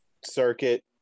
circuit